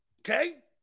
Okay